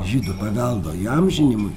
žydų paveldo įamžinimui